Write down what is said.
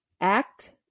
Act